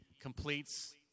completes